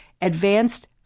advanced